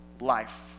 life